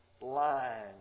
line